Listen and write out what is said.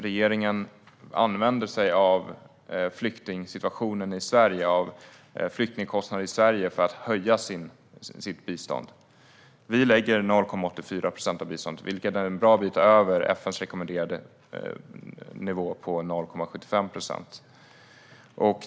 Regeringen använder sig av flyktingkostnader i Sverige för att höja sitt bistånd. Vi lägger 0,84 procent av bni på bistånd, vilket är en bra bit över FN:s rekommenderade nivå på 0,75 procent.